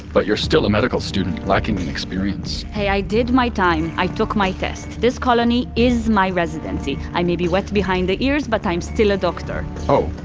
but you're still a medical student lacking in experience hey, i did my time, i took my tests. this colony is my residency. i may be wet behind the ears, but i'm still a doctor oh.